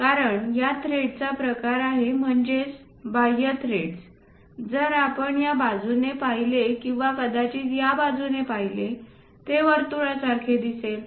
कारण हा थ्रेडचा प्रकार आहे म्हणजेच बाह्य थ्रेड्स जर आपण या बाजूने पाहिले किंवा कदाचित या बाजुने पाहिले ते वर्तुळासारखे दिसेल